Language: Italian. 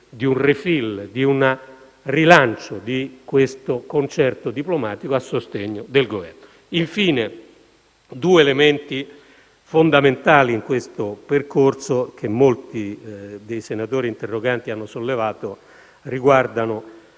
di un *refill*, di un rilancio di questo concerto diplomatico a sostegno del Governo. Infine, due elementi fondamentali in questo percorso, che molti dei senatori interroganti hanno sollevato, riguardano,